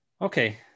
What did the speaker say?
Okay